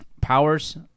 Powers